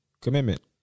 commitment